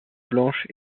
blanche